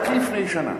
רק לפני שנה